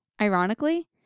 ironically